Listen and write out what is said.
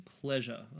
pleasure